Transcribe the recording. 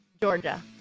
Georgia